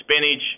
spinach